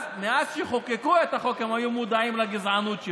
מאז שחוקקו את החוק הם היו מודעים לגזענות שבו,